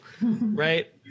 Right